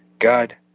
God